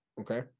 okay